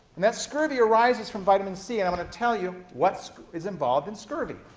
and that scurvy arises from vitamin c, and i'm going to tell you what is involved in scurvy.